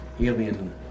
alien